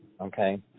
Okay